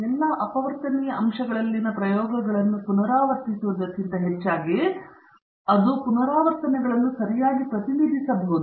ಎಲ್ಲಾ ಅಪವರ್ತನೀಯ ಅಂಶಗಳಲ್ಲಿನ ಪ್ರಯೋಗಗಳನ್ನು ಪುನರಾವರ್ತಿಸುವುದಕ್ಕಿಂತ ಹೆಚ್ಚಾಗಿ ಅವರು ಪುನರಾವರ್ತನೆಗಳನ್ನು ಸರಿಯಾಗಿ ಪ್ರತಿನಿಧಿಸಬಹುದು